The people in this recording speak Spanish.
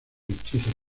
hechizos